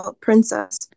princess